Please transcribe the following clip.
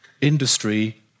industry